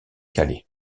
calais